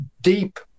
deep